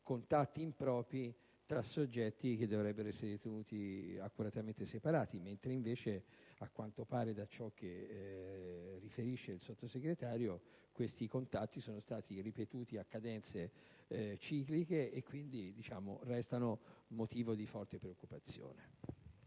contatti impropri tra soggetti che dovrebbero essere tenuti accuratamente separati, mentre, invece, a quanto risulta da ciò che riferisce il Sottosegretario, questi contatti sono stati ripetuti a cadenze cicliche. Restano pertanto motivi di forte preoccupazione.